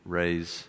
raise